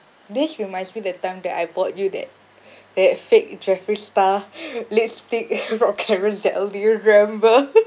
this reminds me that time that I bought you that that fake jeffrey star lipstick rod karen sell to you remember